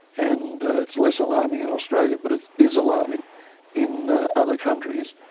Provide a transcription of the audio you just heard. and it's less alarming in australia but it is alarming in other countries.